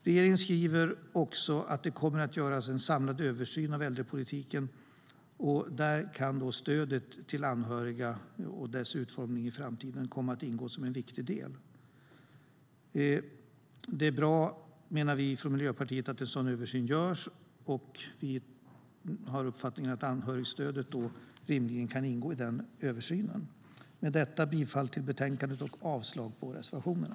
Regeringen skriver också att det kommer att göras en samlad översyn av äldrepolitiken. Där kan stödet till anhöriga och dess utformning i framtiden komma att ingå som en viktig del. Vi från Miljöpartiet anser att det är bra att det görs en sådan översyn, och vi har uppfattningen att anhörigstödet rimligen kan ingå i den översynen. Med detta yrkar jag bifall till utskottets förslag i betänkandet och avslag på reservationerna.